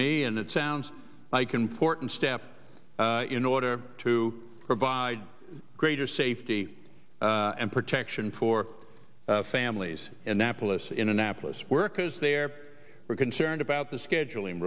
me and it sounds like an important step in order to provide greater safety and protection for families annapolis in annapolis workers there were concerned about the scheduling